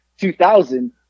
2000